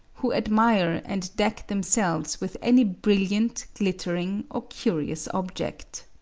who admire and deck themselves with any brilliant, glittering, or curious object.